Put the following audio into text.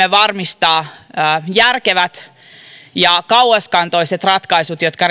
varmistaa järkevät ja kauaskantoiset ratkaisut jotka